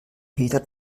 peter